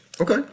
Okay